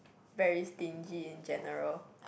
very stingy in general